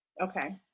okay